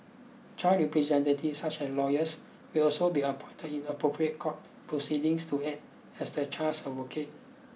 child representatives such as lawyers will also be appointed in appropriate court proceedings to act as the child's advocate